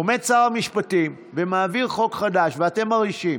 עומד שר המשפטים ומעביר חוק חדש, ואתם מרעישים.